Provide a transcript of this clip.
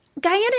Guyana